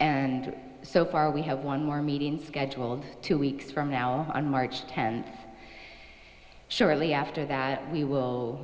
and so far we have one more meeting scheduled two weeks from now on march tenth shortly after that we will